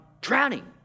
drowning